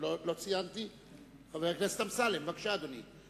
בבקשה, אדוני.